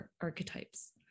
archetypes